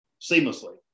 Seamlessly